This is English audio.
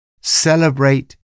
Celebrate